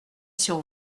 sur